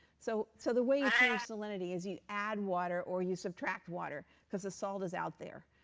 so so the way you change salinity is you add water or you subtract water, because the salt is out there.